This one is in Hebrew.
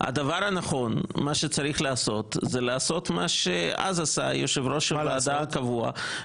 הדבר הנכון לעשות זה לעשות מה שאז עשה יושב-ראש הוועדה הקבוע.